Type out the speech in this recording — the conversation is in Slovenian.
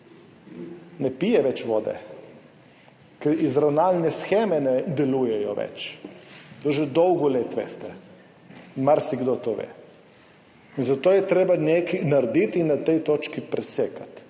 Ne pije več vode, ker izravnalne sheme ne delujejo več. To že dolgo let veste, marsikdo to ve. In zato je treba nekaj narediti in na tej točki presekati.